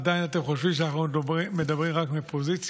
עדיין אתם חושבים שאנחנו מדברים רק מפוזיציה?